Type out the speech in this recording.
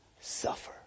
suffer